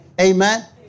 Amen